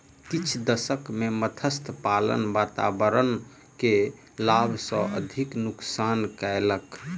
किछ दशक में मत्स्य पालन वातावरण के लाभ सॅ अधिक नुक्सान कयलक